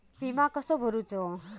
विमा कसो भरूचो?